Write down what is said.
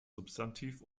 substantiv